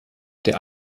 der